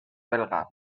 belga